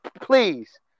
please